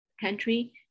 country